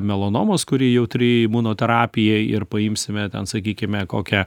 melanomos kuri jautri imunoterapijai ir paimsime ten sakykime kokią